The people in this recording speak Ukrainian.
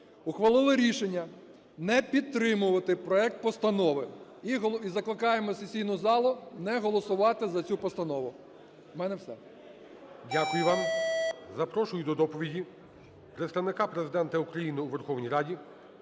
ухвалили рішення не підтримувати проект постанови, і закликаємо сесійну залу не голосувати за цю постанову. У мене все.